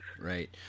Right